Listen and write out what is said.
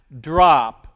drop